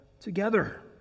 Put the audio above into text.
together